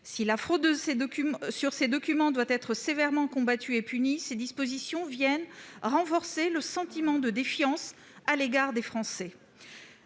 Si la fraude sur ces documents doit être sévèrement combattue et punie, ces dispositions viennent renforcer le sentiment d'une défiance du Gouvernement à l'égard des Français.